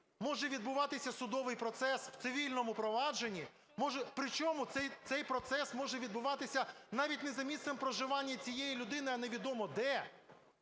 може відбуватися судовий процес в цивільному проваджені, причому цей процес може відбуватися навіть не за місцем проживання цієї людини, а невідомо де,